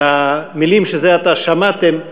שהמילים שזה עתה שמעתם,